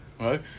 right